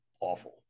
awful